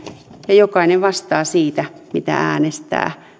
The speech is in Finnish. ja jokainen vastaa siitä mitä äänestää